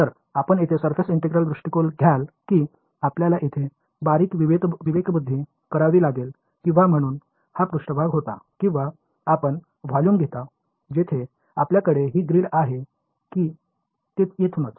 तर आपण येथे सरफेस ईंटेग्रेल दृष्टिकोन घ्याल की आपल्याला येथे बारीक विवेकबुद्धी करावी लागेल किंवा म्हणून हा पृष्ठभाग होता किंवा आपण व्हॉल्यूम घेता जिथे आपल्याकडे ही ग्रीड आहे ती येथूनच